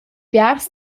biars